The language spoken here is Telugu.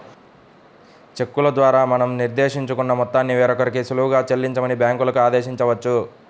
చెక్కుల ద్వారా మనం నిర్దేశించుకున్న మొత్తాన్ని వేరొకరికి సులువుగా చెల్లించమని బ్యాంకులకి ఆదేశించవచ్చు